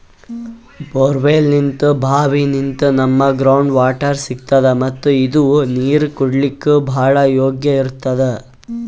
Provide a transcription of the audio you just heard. ಬೋರ್ವೆಲ್ನಿಂತ್ ಭಾವಿನಿಂತ್ ನಮ್ಗ್ ground water ಸಿಗ್ತದ ಮತ್ತ್ ಇದು ನೀರ್ ಕುಡ್ಲಿಕ್ಕ್ ಭಾಳ್ ಯೋಗ್ಯ್ ಇರ್ತದ್